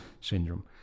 syndrome